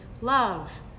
love